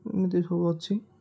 ଏମିତି ସବୁ ଅଛି